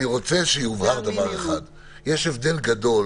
אני רוצה שיובהר: יש הבדל גדול